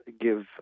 give